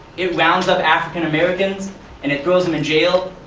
it rounds up african-americans and it throws them in jail.